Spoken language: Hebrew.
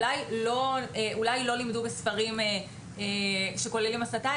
אולי לא לימדו בספרים שכוללים הסתה,